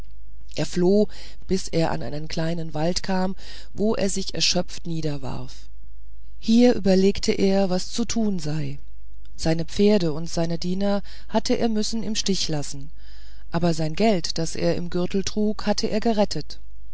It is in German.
er floh bis er an einen kleinen wald kam wo er sich erschöpft niederwarf hier überlegte er was zu tun sei seine pferde und seine diener hatte er müssen im stiche lassen aber sein geld das er in dem gürtel trug hatte er gerettet